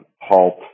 halt